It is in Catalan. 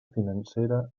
financera